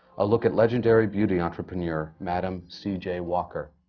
a look at legendary beauty entrepreneur, madam c. j. walker.